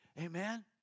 Amen